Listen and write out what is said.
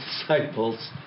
disciples